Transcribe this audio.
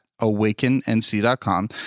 awakennc.com